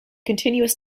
continuous